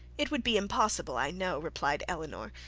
it would be impossible, i know, replied elinor,